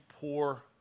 poor